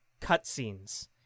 cutscenes